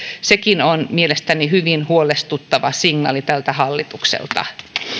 sekin on mielestäni hyvin huolestuttava signaali tältä hallitukselta